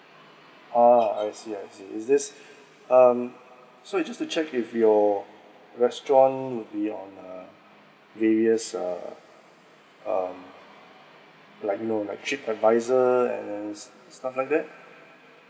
ah I see I see is this um so just to check if your restaurant would be on uh various uh uh like you know like trip advisor and stuff like that